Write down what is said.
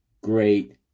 great